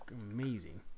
amazing